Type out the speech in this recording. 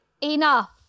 enough